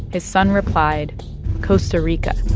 his son replied costa rica